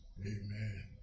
Amen